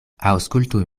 aŭskultu